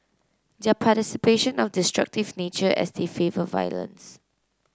their participation of destructive nature as they favour violence